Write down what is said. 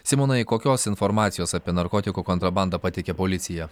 simonai kokios informacijos apie narkotikų kontrabandą pateikė policija